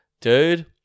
Dude